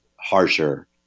harsher